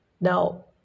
Now